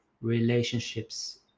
Relationships